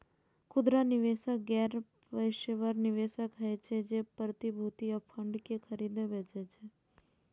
खुदरा निवेशक गैर पेशेवर निवेशक होइ छै, जे प्रतिभूति आ फंड कें खरीदै बेचै छै